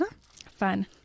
Fun